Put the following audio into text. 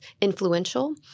influential